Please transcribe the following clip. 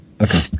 Okay